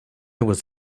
was